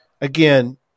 again